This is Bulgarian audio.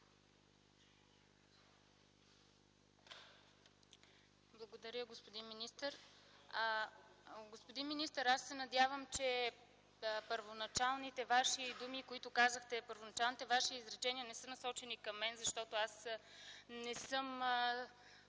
Благодаря, господин министър. Господин министър, аз се надявам, че първоначалните Ваши думи, които казахте, първоначалните Ваши изречения не са насочени към мен, защото не съм